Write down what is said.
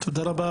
תודה רבה,